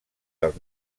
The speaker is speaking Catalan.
dels